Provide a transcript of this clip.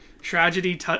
tragedy